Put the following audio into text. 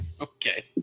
Okay